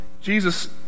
Jesus